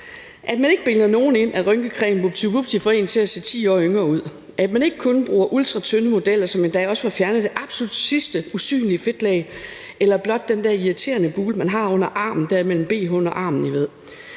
at man ikke bilder nogen ind, at rynkecreme vupti, vupti får en til at se 10 år yngre ud; at man ikke kun bruger ultratynde modeller, som endda også får fjernet det absolut sidste usynlige fedtlag eller blot den der irriterende bule, man har under armen dér mellem bh'en og armen, I ved;